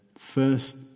First